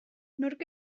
nork